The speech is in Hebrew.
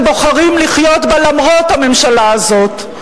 בוחרים לחיות בה למרות הממשלה הזאת.